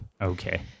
okay